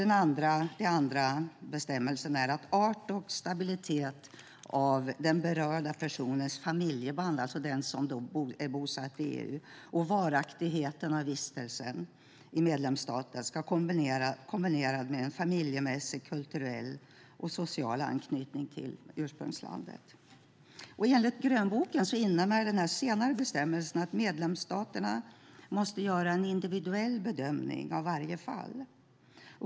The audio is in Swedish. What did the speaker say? Hänsyn ska tas till arten och stabiliteten av familjebanden för den berörda personen - den som är bosatt i EU - samt varaktigheten av vistelsen i medlemsstaten och familjemässig, kulturell eller social anknytning till ursprungslandet. Enligt grönboken innebär den senare bestämmelsen att medlemsstaterna måste göra en individuell bedömning av varje fall.